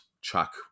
Chuck